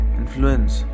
influence